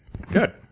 Good